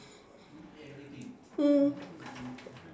mm